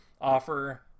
offer